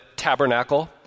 Tabernacle